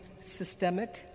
systemic